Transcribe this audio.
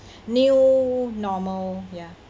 new normal ya